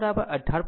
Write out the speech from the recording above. આમ delta 18